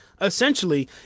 essentially